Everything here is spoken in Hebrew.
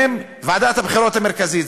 ועדת הבחירות המרכזית.